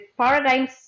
paradigms